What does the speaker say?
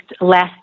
last